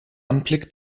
anblick